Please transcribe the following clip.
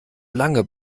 lange